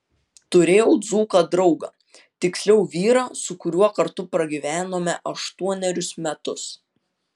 turėjau dzūką draugą tiksliau vyrą su kuriuo kartu pragyvenome aštuonerius metus